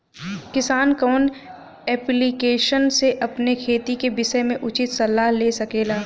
किसान कवन ऐप्लिकेशन से अपने खेती के विषय मे उचित सलाह ले सकेला?